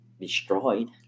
destroyed